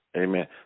Amen